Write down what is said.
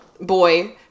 boy